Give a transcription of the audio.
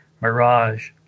Mirage